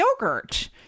yogurt